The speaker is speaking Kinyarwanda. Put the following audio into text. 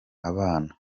abana